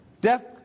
Death